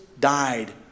died